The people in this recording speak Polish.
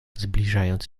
zbliżając